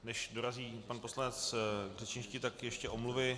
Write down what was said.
Než dorazí pan poslanec k řečništi, tak ještě omluvy.